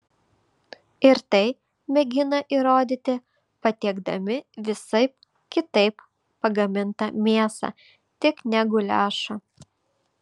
ir tai mėgina įrodyti patiekdami visaip kitaip pagamintą mėsą tik ne guliašą